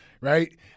right